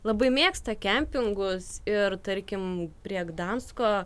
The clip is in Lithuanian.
labai mėgsta kempingus ir tarkim prie gdansko